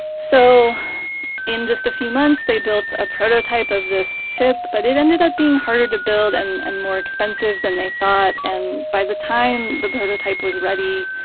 so in just a few months they built a prototype of this ship, but it ended up being harder to build and and more expensive than they thought. and by the time the prototype was ready,